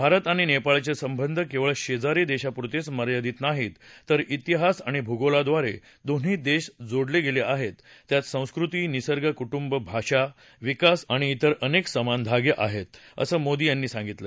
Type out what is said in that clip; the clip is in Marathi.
भारत आणि नेपाळचे संबंध केवळ शेजारी देशापुरतेच मर्यादित नाहीत तर ातिहास आणि भूगोलाद्वारे दोन्ही देश जोडले गेले आहेत त्यात संस्कृती निसर्ग कु ब्रि भाषा विकास आणि त्रिर अनेक समान धागे आहेत असं मोदी यांनी सांगितलं